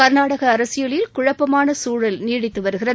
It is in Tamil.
கர்நாடக அரசியலில் குழப்பமான சூழல் நீடித்து வருகிறது